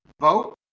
vote